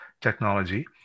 technology